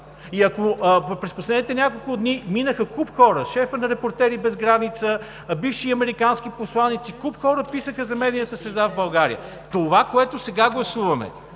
През последните няколко дни минаха куп хора – шефът на „Репортери без граници“, бивши американски посланици, куп хора писаха за медийната среда в България. Това, което сега гласуваме,